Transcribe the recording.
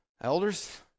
Elders